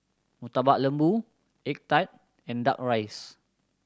Murtabak Lembu egg tart and Duck Rice